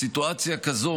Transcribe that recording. בסיטואציה כזאת,